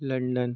London